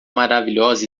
maravilhosa